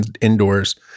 indoors